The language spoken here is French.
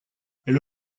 elle